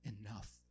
enough